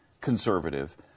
conservative